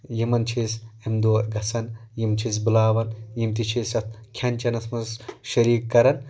یِمن چھِ أسۍ اَمہِ دۄہ گَژھان یِم چھِ أسۍ بُلاوان یِم تہِ چھِ أسۍ اَتھ کھٮ۪ن چٮ۪نَس منٛز شٔریٖک کَران